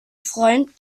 freund